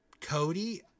Cody